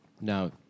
now